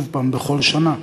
שוב, בכל שנה,